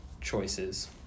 choices